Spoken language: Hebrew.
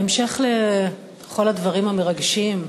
בהמשך לכל הדברים המרגשים,